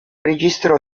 registrò